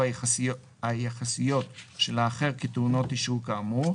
היחסיות של האחר כטעונות אישור כאמור,